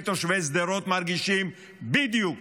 ותושבי שדרות מרגישים בדיוק